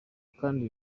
kandi